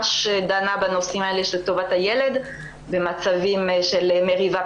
בנושאים של טובת הילד במצבים של מריבה,